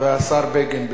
והשר בגין.